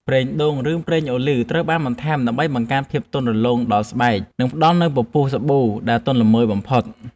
ប្រេងដូង ឬប្រេងអូលីវ ត្រូវបានបន្ថែមដើម្បីបង្កើនភាពទន់រលោងដល់ស្បែក និងផ្តល់នូវពពុះសាប៊ូដែលទន់ល្មើយបំផុត។